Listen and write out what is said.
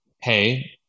hey